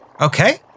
Okay